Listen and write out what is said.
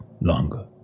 longer